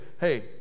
hey